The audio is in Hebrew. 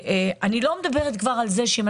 אני כבר לא מדברת על זה, שאת